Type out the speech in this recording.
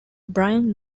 brian